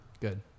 good